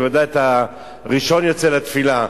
בוודאי אתה ראשון יוצא לתפילה: